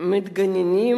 המתביישים מתגוננים.